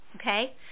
okay